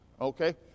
okay